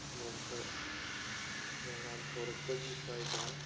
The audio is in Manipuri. ꯅꯣꯡ ꯉꯥꯟꯊꯣꯔꯛꯄꯒꯤ ꯁ꯭ꯋꯥꯏꯗ